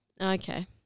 okay